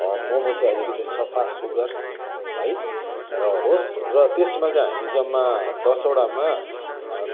मम चाहिँ अलिकति सफा सुग्घर है र होस् र त्यसमा चाहिँ हामी जम्मा दसवटामा